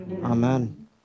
Amen